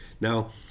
Now